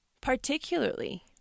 particularly